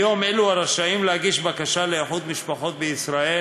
כיום אלו הרשאים להגיש בקשה לאיחוד משפחות בישראל